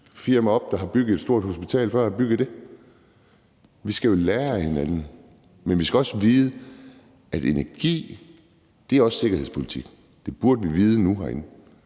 firma op, der har bygget et stort hospital før. Vi skal jo lære af hinanden, men vi skal også vide, at energi også er sikkerhedspolitik. Det burde vi vide nu herinde.